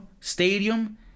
stadium